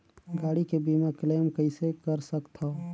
गाड़ी के बीमा क्लेम कइसे कर सकथव?